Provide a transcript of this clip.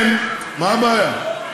מה הבעיה?